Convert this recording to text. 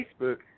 Facebook